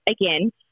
again